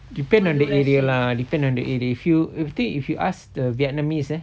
depend on the area lah depend on the area if if they if you ask the vietnamese leh